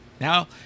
Now